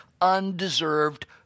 undeserved